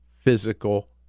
physical